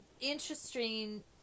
interesting